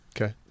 Okay